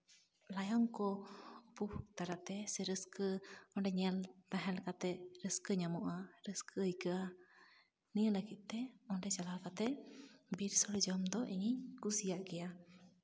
ᱞᱟᱭᱚᱝ ᱠᱚ ᱩᱯᱚᱵᱷᱳᱜ ᱫᱟᱨᱟᱛᱮ ᱥᱮ ᱨᱟᱹᱥᱠᱟᱹ ᱚᱸᱰᱮ ᱧᱮᱞ ᱛᱟᱦᱮᱱ ᱠᱟᱛᱮᱜ ᱨᱟᱹᱥᱠᱟᱹ ᱧᱟᱢᱚᱜᱼᱟ ᱨᱟᱹᱥᱠᱟᱹ ᱟᱹᱭᱠᱟᱹᱜᱼᱟ ᱱᱤᱭᱟᱹ ᱞᱟᱹᱜᱤᱫ ᱛᱮ ᱚᱸᱰᱮ ᱪᱟᱞᱟᱣ ᱠᱟᱛᱮᱜ ᱵᱤᱨ ᱥᱳᱲᱮ ᱡᱚᱢ ᱫᱚ ᱤᱧᱤᱧ ᱠᱩᱥᱤᱭᱟᱜ ᱜᱮᱭᱟ